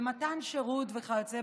במתן שירות ועוד.